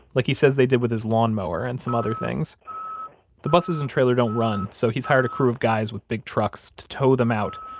like he says they did with his lawnmower and some other things the buses and trailer don't run, so he's hired a crew of guys with big trucks to tow them out,